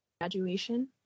graduation